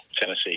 Tennessee